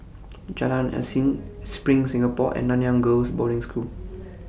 Jalan Yasin SPRING Singapore and Nanyang Girls' Boarding School